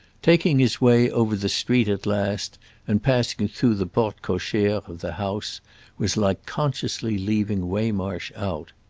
taking his way over the street at last and passing through the porte-cochere of the house was like consciously leaving waymarsh out.